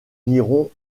environ